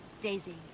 daisy